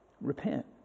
repent